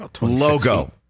logo